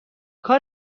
کار